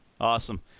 Awesome